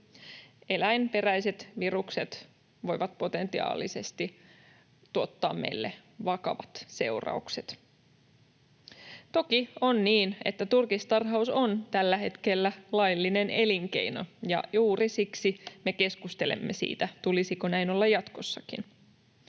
Eläinperäiset virukset voivat potentiaalisesti tuottaa meille vakavat seuraukset. Toki on niin, että turkistarhaus on tällä hetkellä laillinen elinkeino. Juuri siksi me keskustelemme siitä, tulisiko näin olla jatkossakin.